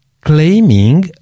claiming